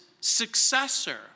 successor